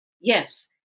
Yes